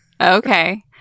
Okay